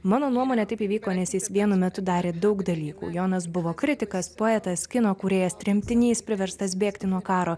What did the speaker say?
mano nuomone taip įvyko nes jis vienu metu darė daug dalykų jonas buvo kritikas poetas kino kūrėjas tremtinys priverstas bėgti nuo karo